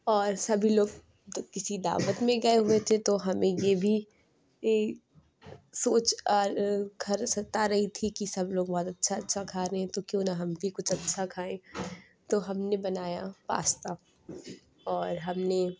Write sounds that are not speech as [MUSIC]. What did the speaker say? اور سبھی لوگ تو کسی دعوت میں گئے ہوئے تھے تو ہمیں یہ بھی [UNINTELLIGIBLE] سوچ اور گھر ستا رہی تھی کہ سب لوگ بہت اچھا اچھا کھا رہے ہیں تو کیوں نہ ہم بھی کچھ اچھا کھائیں تو ہم نے بنایا پاستا اور ہم نے